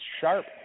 Sharp